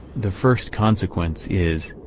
the first consequence is,